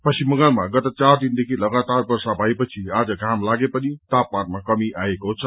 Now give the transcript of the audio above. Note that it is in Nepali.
पश्चिम बंगालमा गत चार दिनदेखि लगातार वर्षा भएपछि आज घाम लागे पनि तापमानमा कमी आएको छ